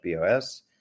BOS